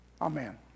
Amen